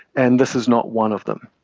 and this is not one of them.